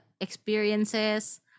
experiences